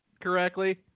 correctly